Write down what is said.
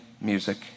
music